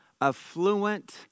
affluent